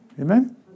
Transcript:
Amen